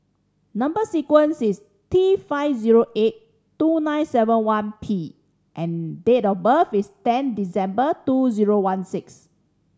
number sequence is T five zero eight two nine seven one P and date of birth is ten December two zero one six